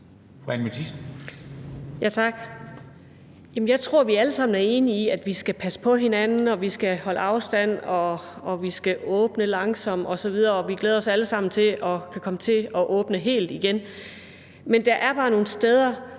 Jeg tror, at vi alle sammen er enige i, at vi skal passe på hinanden, at vi skal holde afstand, og at vi skal åbne langsomt osv., og vi glæder os alle sammen til at komme til at kunne åbne helt igen. Men der er bare nogle steder,